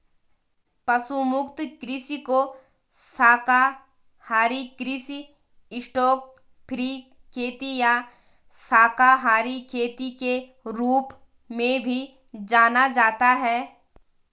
पशु मुक्त कृषि को शाकाहारी कृषि स्टॉकफ्री खेती या शाकाहारी खेती के रूप में भी जाना जाता है